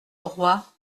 auroi